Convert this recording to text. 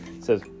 says